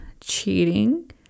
cheating